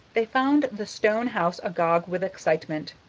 they found the stone house agog with excitement.